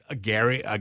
Gary